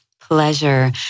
pleasure